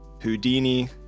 Houdini